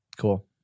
Cool